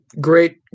Great